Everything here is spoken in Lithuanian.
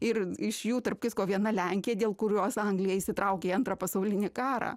ir iš jų tarp kitko viena lenkija dėl kurios anglija įsitraukė į antrą pasaulinį karą